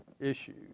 issues